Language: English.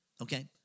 Okay